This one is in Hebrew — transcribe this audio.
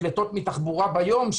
לפליטות מתחבורה ביום,